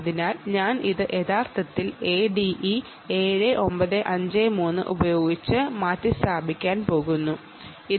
അതിനാൽ ഞാൻ ഇത് യഥാർത്ഥത്തിൽ ADE 7953 ഉപയോഗിച്ച് മാറ്റിസ്ഥാപിക്കാൻ പോകുകയാണ്